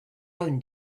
own